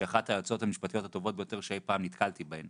שהיא אחת היועצות המשפטיות הטובות ביותר שאי פעם נתקלתי בהן